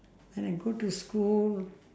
when I go to school